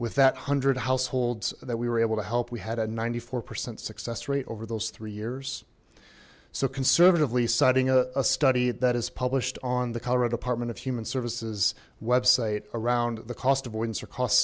with that hundred households that we were able to help we had a ninety four percent success rate over those three years so conservatively citing a study that is published on the colorado department of human services website around the cost of winter cost